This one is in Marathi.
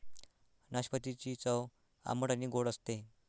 नाशपातीची चव आंबट आणि गोड असते